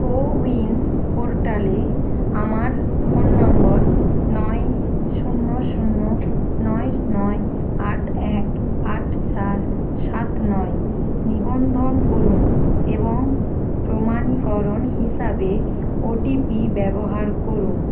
CoWIN পোর্টালে আমার phone নম্বর নয় শূন্য শূন্য নয় নয় আট এক আট চার সাত নয় নিবন্ধন করুন এবং প্রমাণীকরণ হিসাবে ওটিপি ব্যবহার করুন